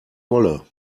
wolle